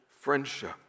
friendship